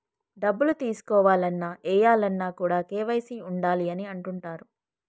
డబ్బులు తీసుకోవాలన్న, ఏయాలన్న కూడా కేవైసీ ఉండాలి అని అంటుంటరు